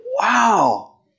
Wow